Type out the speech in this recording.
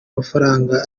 mafaranga